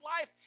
life